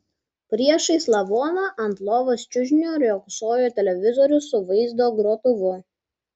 priešais lavoną ant lovos čiužinio riogsojo televizorius su vaizdo grotuvu